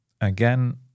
again